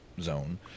zone